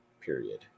period